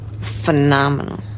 Phenomenal